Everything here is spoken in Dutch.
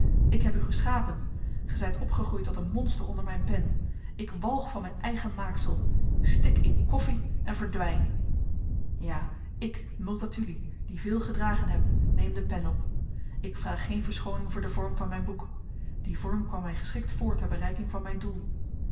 ik heb u geschapen ge zyt opgegroeid tot een monster onder myn pen ik walg van myn eigen maaksel stik in koffi en verdwyn ja ik multatuli die veel gedragen heb neem de pen op ik vraag geen verschooning voor den vorm van myn boek die vorm kwam my geschikt voor ter bereiking van myn doel